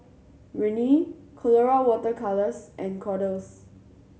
Rene Colora Water Colours and Kordel's